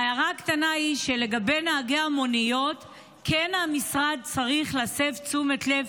ההערה הקטנה היא שלגבי נהגי המוניות המשרד צריך להסב את תשומת הלב,